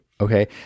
Okay